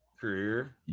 career